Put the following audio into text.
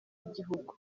y’igihugu